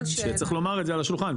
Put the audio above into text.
צריך לומר את זה על השולחן,